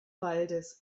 waldes